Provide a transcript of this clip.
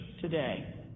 today